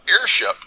airship